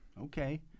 Okay